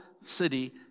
city